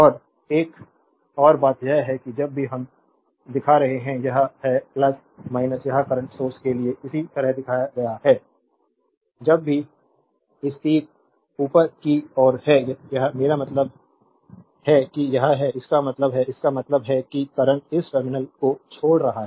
और एक और बात यह है कि जब भी हम दिखा रहे हैं यह है यह करंट सोर्स के लिए इसी तरह दिखाया गया है जब भी इस तीर ऊपर की ओर है यह मेरा मतलब है कि यह है इसका मतलब है इसका मतलब है कि करंट इस टर्मिनल को छोड़ रहा है